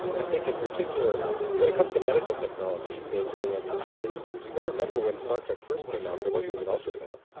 i think in particular when it comes to medical technology they really anticipated things. you've got to remember when star trek first came out there wasn't even ultrasound,